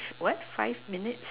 what five minutes